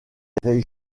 les